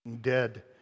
dead